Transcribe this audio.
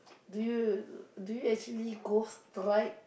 do you do you actually go strike